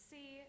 See